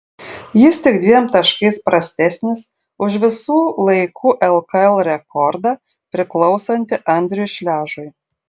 jis tik dviem taškais prastesnis už visų laikų lkl rekordą priklausantį andriui šležui